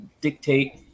dictate